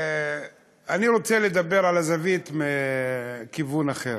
אני רוצה לדבר על הזווית מכיוון אחר